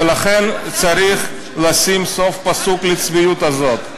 ולכן, צריך לשים סוף פסוק לצביעות הזאת.